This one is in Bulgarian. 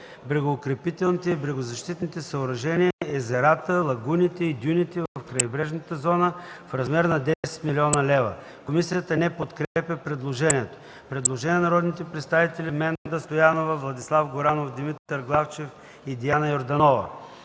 брегоукрепителните и брегозащитните съоръжения, езерата, лагуните и дюните в крайбрежната зона в размер на 10 млн. лв.” Комисията не подкрепя предложението. Предложение на народните представители Менда Стоянова, Владислав Горанов, Димитър Главчев и Диана Йорданова